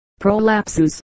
prolapses